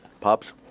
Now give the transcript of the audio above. Pops